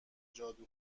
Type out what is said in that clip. جادو